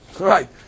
Right